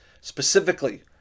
specifically